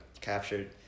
captured